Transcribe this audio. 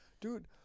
Dude